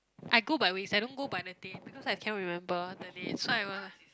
I go by weeks I don't go by the day because I cannot remember the day so I will